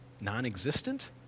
non-existent